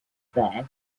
there